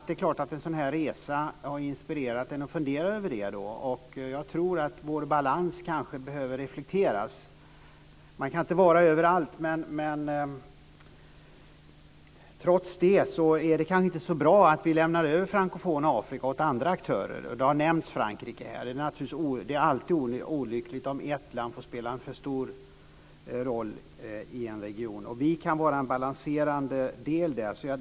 Det är klart att en sådan här resa inspirerar till att fundera över det. Jag tror att vi kanske behöver reflektera över vår balans. Man kan inte vara överallt. Men trots det är det kanske inte så bra att vi lämnar över det frankofona Afrika åt andra aktörer, och här har nämnts Frankrike. Det är naturligtvis alltid olyckligt om ett land får spela en för stor roll i en region. Vi kan vara en balanserande del där.